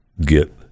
get